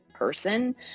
person